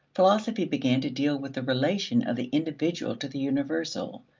philosophy began to deal with the relation of the individual to the universal,